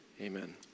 amen